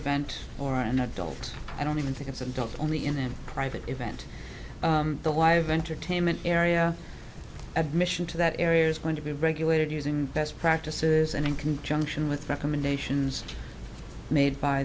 event or an adult i don't even think it's adult only in a private event the live entertainment area admission to that area is going to be regulated using best practices and in conjunction with